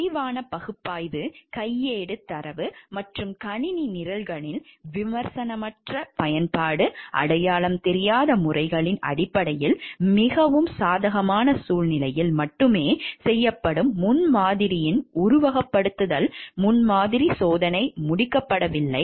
விரிவான பகுப்பாய்வு கையேடு தரவு மற்றும் கணினி நிரல்களின் விமர்சனமற்ற பயன்பாடு அடையாளம் தெரியாத முறைகளின் அடிப்படையில் மிகவும் சாதகமான சூழ்நிலையில் மட்டுமே செய்யப்படும் முன்மாதிரியின் உருவகப்படுத்துதல் முன்மாதிரி சோதனை முடிக்கப்படவில்லை